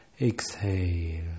Exhale